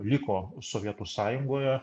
liko sovietų sąjungoje